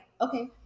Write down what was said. okay